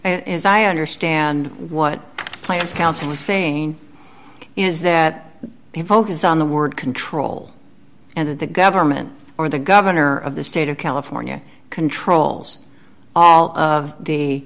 and as i understand what plans counsel the sane is that the focus on the word control and that the government or the governor of the state of california controls all of the